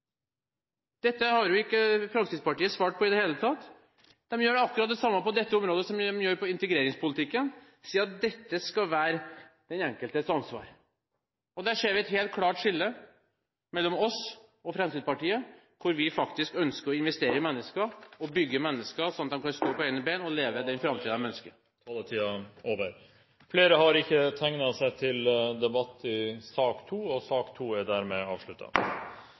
Dette har ikke Fremskrittspartiet svart på i det hele tatt. De gjør akkurat det samme på dette området som de gjør i integreringspolitikken. De sier at dette skal være den enkeltes ansvar. Og der ser vi et helt klart skille mellom oss og Fremskrittspartiet – vi ønsker faktisk å investere i mennesker og bygge mennesker sånn at de kan stå på egne ben og … Flere har ikke bedt om ordet til sak nr. 2. Etter ønske fra komiteen vil presidenten foreslå at taletiden blir begrenset til 5 minutter til hver gruppe og